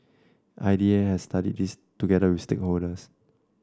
I D A has studied this together with stakeholders